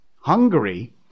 Hungary